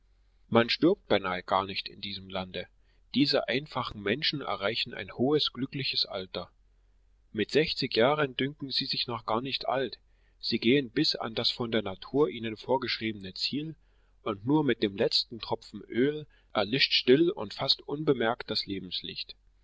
man stirbt beinahe gar nicht in diesem lande diese einfachen menschen erreichen ein hohes glückliches alter mit sechzig jahren dünken sie sich noch gar nicht alt sie gehen bis an das von der natur ihnen vorgeschriebene ziel und nur mit dem letzten tropfen öl erlischt still und fast unbemerkt das lebenslicht